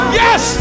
yes